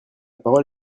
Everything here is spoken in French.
parole